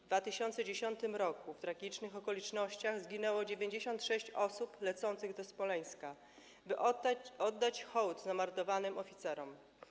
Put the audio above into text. W 2010 r. w tragicznych okolicznościach zginęło 96 osób lecących do Smoleńska, by oddać hołd zamordowanym oficerom.